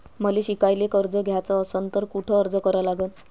मले शिकायले कर्ज घ्याच असन तर कुठ अर्ज करा लागन?